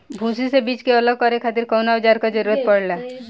भूसी से बीज के अलग करे खातिर कउना औजार क जरूरत पड़ेला?